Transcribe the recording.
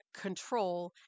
control